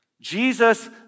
Jesus